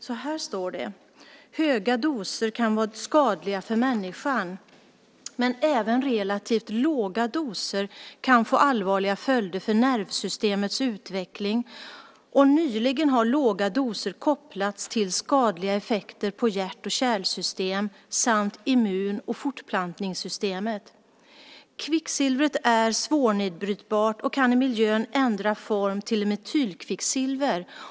Så här står det: Höga doser kan vara skadliga för människan, men även relativt låga doser kan få allvarliga följder för nervsystemets utveckling, och nyligen har låga doser kopplats till skadliga effekter på hjärt och kärlsystem samt immun och fortplantningssystemen. Kvicksilvret är svårnedbrytbart och kan i miljön ändra form till metylkvicksilver.